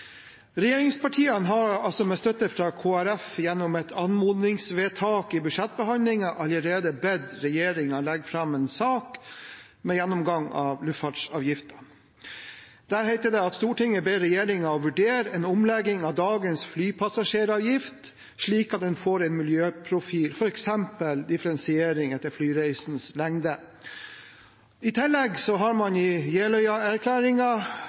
Regjeringspartiene har altså, med støtte fra Kristelig Folkeparti, gjennom et anmodningsvedtak i budsjettbehandlingen allerede bedt regjeringen legge fram en sak om en gjennomgang av luftfartsavgiftene. Der heter det: «Stortinget ber regjeringen vurdere en omlegging av dagens flypassasjeravgift, slik at den får en miljøprofil, for eksempel differensiering etter flyreisens lengde.» I tillegg har man